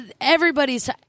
Everybody's